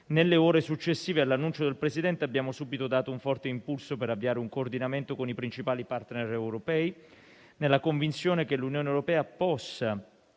Nelle ore successive all'annuncio del Presidente abbiamo subito dato un forte impulso per avviare un coordinamento con i principali *partner* europei. Nella convinzione che l'Unione europea possa